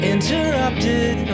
Interrupted